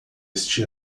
este